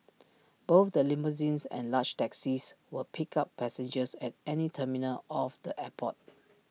both the limousines and large taxis will pick up passengers at any terminal of the airport